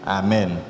amen